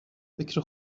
فکر